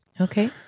Okay